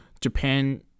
japan